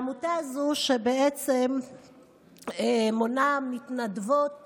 והעמותה הזאת, יש בה מתנדבות